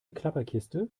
klapperkiste